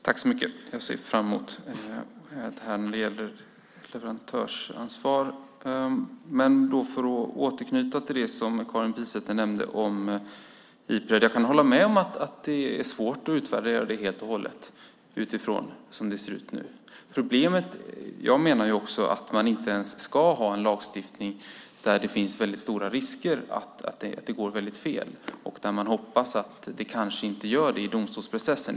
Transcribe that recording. Herr talman! Jag ser fram emot att få höra om leverantörsansvaret. Jag kan återknyta till det som Karin Pilsäter nämnde om Ipred. Jag kan hålla med om att det är svårt att utvärdera det helt och hållet som det nu ser ut. Jag menar att man inte ens ska ha en lagstiftning där det finns stora risker för att det går väldigt fel och där man hoppas att det inte gör det i domstolsprocessen.